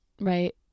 right